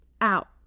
out